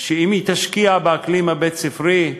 ואם היא תשקיע באקלים הבית-ספרי,